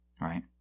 right